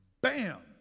bam